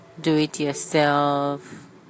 do-it-yourself